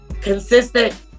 consistent